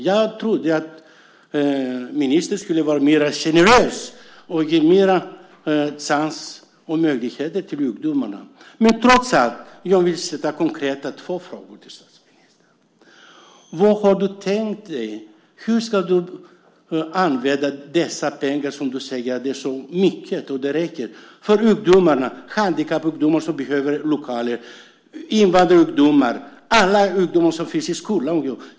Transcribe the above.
Jag trodde att ministern skulle vara mer generös och ge flera chanser och möjligheter till ungdomarna. Jag vill ställa ett par konkreta frågor till ministern. Vad har du tänkt dig? Hur ska du använda de pengar som du anser att det finns så mycket av? Handikappade ungdomar behöver lokaler. Det gäller också invandrarungdomar och alla ungdomar i skolan.